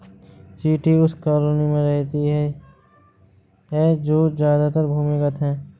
चींटी उस कॉलोनी में रहती है जो ज्यादातर भूमिगत है